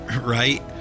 right